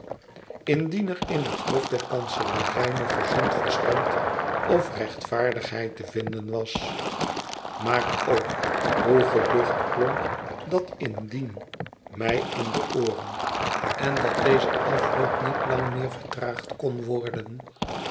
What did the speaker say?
indien er in het hof der kanselarij nog gezond verstand of rechtvaardigheid te vinden was maar o hoe geducht klonk dat indien mij in de ooren en dat deze afloop niet lang meer vertraagd kon worden